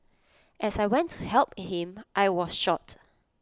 as I went to help him I was shot